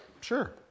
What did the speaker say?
sure